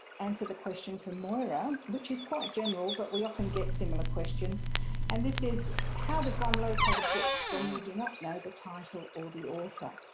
answer the question from moira which is quite general but we often get similar questions and this is how does one locate a book when you do not know the title or the author?